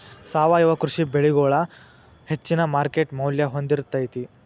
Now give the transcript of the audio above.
ಸಾವಯವ ಕೃಷಿ ಬೆಳಿಗೊಳ ಹೆಚ್ಚಿನ ಮಾರ್ಕೇಟ್ ಮೌಲ್ಯ ಹೊಂದಿರತೈತಿ